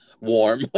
warm